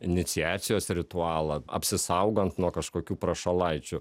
iniciacijos ritualą apsisaugant nuo kažkokių prašalaičių